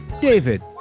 David